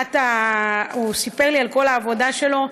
הוא סיפר לי על כל העבודה שלו,